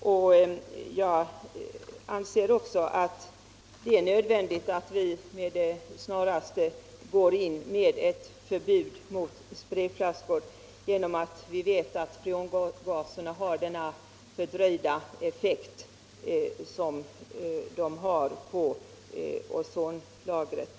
Vidare anser jag det nödvändigt att vi med det snaraste går in med ett förbud mot sprayflaskor, eftersom vi vet att freongaserna har en fördröjd effekt på ozonlagret.